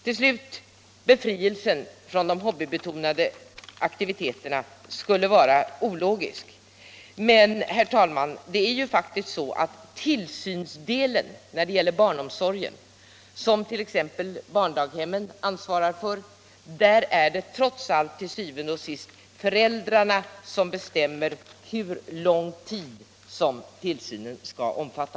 Förslaget om befrielse från de hobbybetonade aktiviteterna skulle enligt herr Alemyr vara ologiskt. När det gäller barnomsorgen, som t.ex. barndaghemmen ansvarar för, är det dock til syvende og sidst föräldrarna som bestämmer hur lång tid tillsynen skall omfatta.